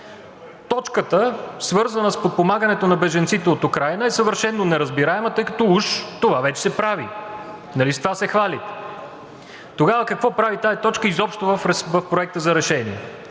Точката, свързана с подпомагането на бежанците от Украйна, е съвършено неразбираема, тъй като уж това вече се прави – нали с това се хвали, тогава какво прави тази точка изобщо в Проекта за решение?